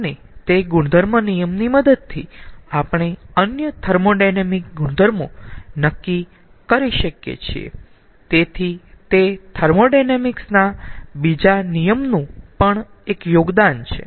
અને તે ગુણધર્મ નિયમ ની મદદથી આપણે અન્ય થર્મોોડાયનેમિક ગુણધર્મો નક્કી કરી શકીયે છીએ તેથી તે થર્મોોડાયનેમિક્સ ના બીજા નિયમ નું પણ એક યોગદાન છે